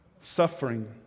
suffering